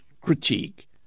critique